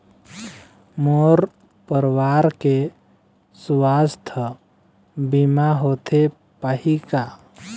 मोर परवार के सुवास्थ बीमा होथे पाही का?